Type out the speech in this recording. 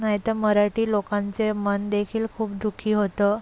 नाही तर मराठी लोकांचे मनदेखील खूप दु खी होतं